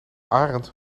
arend